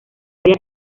área